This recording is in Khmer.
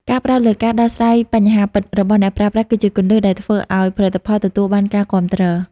ការផ្ដោតលើការដោះស្រាយបញ្ហាពិតរបស់អ្នកប្រើប្រាស់គឺជាគន្លឹះដែលធ្វើឱ្យផលិតផលទទួលបានការគាំទ្រ។